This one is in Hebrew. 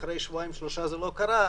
ואחרי שבועיים זה לא קרה,